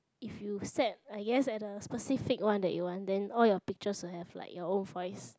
if you set I guess at the specific one that you want then all your picture will have like your own voice